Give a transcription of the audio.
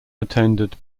attended